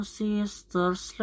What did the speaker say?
sisters